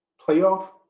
playoff